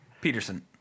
Peterson